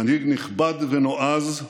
מנהיג נכבד ונועז,